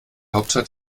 hauptstadt